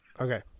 Okay